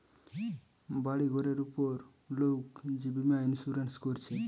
বাড়ি ঘরের উপর লোক যে বীমা ইন্সুরেন্স কোরছে